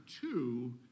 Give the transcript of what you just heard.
two